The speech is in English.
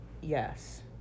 Yes